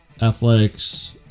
Athletics